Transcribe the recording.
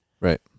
Right